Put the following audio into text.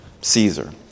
Caesar